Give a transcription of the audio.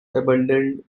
abandoned